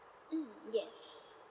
mm yes